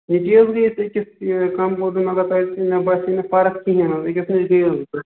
ییٚتی حظ گٔے أسۍ أکِس یہِ کَمپوڈَر البتہ مےٚ باسے نہٕ فرق کِہیٖنۍ حظ أکِس نِش گٔیوس بہٕ